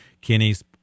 Kenny's